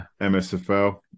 MSFL